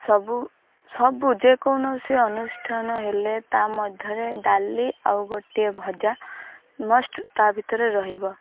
ସବୁ ସବୁ ଯେକୌଣସି ଅନୁଷ୍ଠାନ ହେଲେ ତା ମଧ୍ୟରେ ଡାଲି ଆଉ ଗୋଟିଏ ଭଜା ମଷ୍ଟ୍ ତା ଭିତରେ ରହିବ